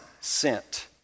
sent